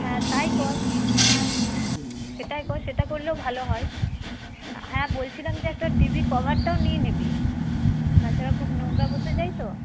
হ্যাঁ তাই কর হ্যাঁ সেটাই কর সেটা করলেও ভালো হয় হ্যাঁ বলছিলাম যে একটা টিভি কভারটাও নিয়ে নিবি তাছাড়া খুব নোংরা বসে যায় তো